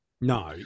No